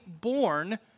born